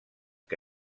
que